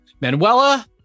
Manuela